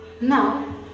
Now